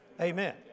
Amen